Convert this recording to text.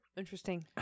Interesting